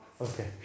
Okay